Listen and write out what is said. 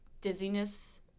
dizziness